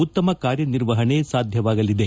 ಉತ್ತಮ ಕಾರ್ಯನಿರ್ವಹಣೆ ಸಾಧ್ಯವಾಗಲಿದೆ